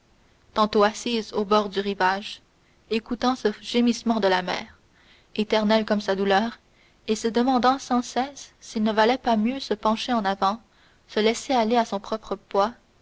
tantôt assise au bord du rivage écoutant ce gémissement de la mer éternel comme sa douleur et se demandant sans cesse s'il ne valait pas mieux se pencher en avant se laisser aller à son propre poids